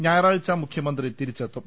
ഞാ യറാഴ്ച മുഖ്യമന്ത്രി തിരിച്ചെത്തും